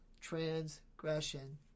transgression